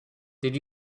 did